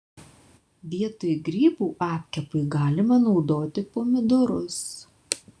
vietoj grybų apkepui galima naudoti pomidorus